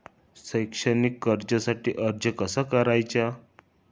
शैक्षणिक कर्जासाठी अर्ज कसा करायचा?